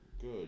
Good